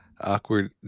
awkward